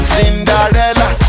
Cinderella